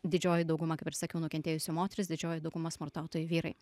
didžioji dauguma kaip ir sakiau nukentėjusių moterys didžioji dauguma smurtautojų vyrai